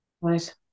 Right